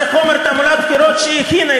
זה חומר תעמולת בחירות שהיא הכינה,